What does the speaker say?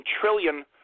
trillion